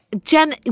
Jen